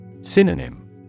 Synonym